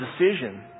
decision